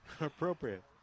appropriate